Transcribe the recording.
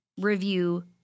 review